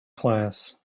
class